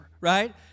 right